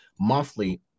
monthly